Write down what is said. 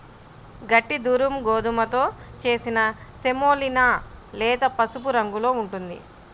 గట్టి దురుమ్ గోధుమతో చేసిన సెమోలినా లేత పసుపు రంగులో ఉంటుంది